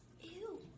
Ew